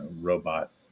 robot